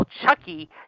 Chucky